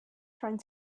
trying